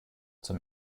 zum